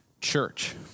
Church